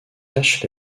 cache